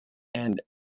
and